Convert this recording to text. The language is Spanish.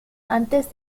antes